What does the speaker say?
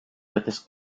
veces